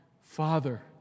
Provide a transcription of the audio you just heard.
Father